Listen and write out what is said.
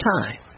time